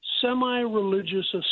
semi-religious